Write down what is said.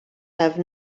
have